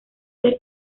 ser